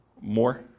More